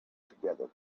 together